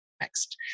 next